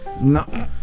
No-